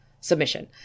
submission